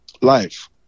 life